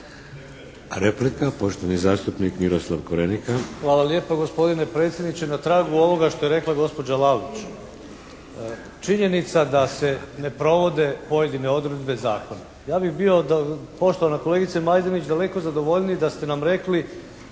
Miroslav Korenika. **Korenika, Miroslav (SDP)** Hvala lijepa gospodine predsjedniče. Na tragu ovoga što je rekla gospođa Lalić. Činjenica da se ne provode pojedine odredbe zakona. Ja bih bio poštovana kolegice Majdenić daleko zadovoljniji da ste nam rekli